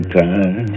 time